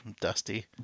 dusty